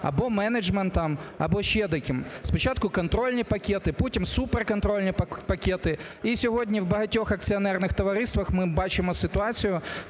або менеджментом, або ще деким: спочатку контрольні пакети, потім суперконтрольні пакети. І сьогодні в багатьох акціонерних товариствах ми бачимо ситуацію,